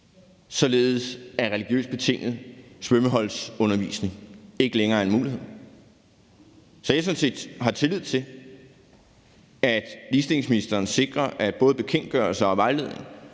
således at religiøst betinget svømmeholdsundervisning ikke længere er en mulighed. Så jeg har sådan set tillid til, at ligestillingsministeren sikrer, at både bekendtgørelse og vejledning